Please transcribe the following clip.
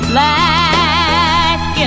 Black